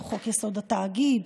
או חוק-יסוד: התאגיד,